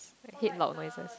I hate loud noises